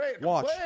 watch